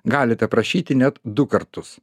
galite prašyti net du kartus